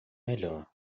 melhor